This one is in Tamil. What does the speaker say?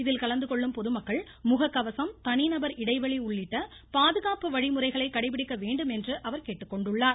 இதில் கலந்து கொள்ளும் பொதுமக்கள் முகக் கவசம் தனிநகர் இடைவெளி உள்ளிட்ட பாதுகாப்பு வழிமுறைகளை கடைபிடிக்க வேண்டும் என்றும் கேட்டுக்கொண்டுள்ளார்